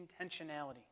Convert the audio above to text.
intentionality